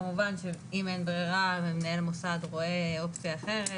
כמובן שאם אין ברירה ומנהל מוסד רואה אופציה אחרת,